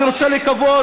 אני רוצה לקוות,